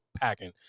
packing